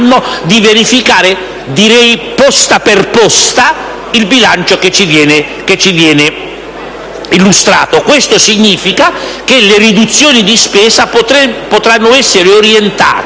di verificare ogni anno, direi posta per posta, il bilancio che ci viene illustrato. Ciò significa che le riduzioni di spesa potranno essere orientate